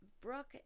Brooke